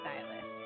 Stylist